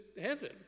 heaven